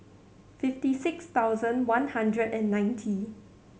fifty six thousand one hundred and ninety